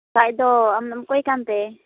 ᱠᱷᱟᱡ ᱫᱚ ᱟᱢᱫᱚᱢ ᱚᱠᱚᱭ ᱠᱟᱱᱛᱮ